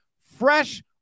fresh